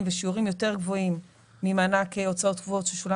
ובשיעורים יותר גבוהים ממענק הוצאות קבועות ששולם